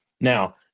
Now